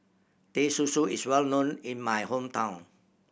Teh Susu is well known in my hometown